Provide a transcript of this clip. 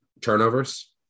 turnovers